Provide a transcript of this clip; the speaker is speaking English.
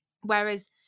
whereas